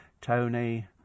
Tony